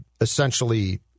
essentially